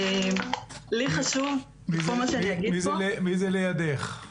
לי חשוב שכל מה שאני אגיד פה --- מי זה לידך?